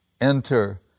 enter